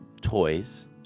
toys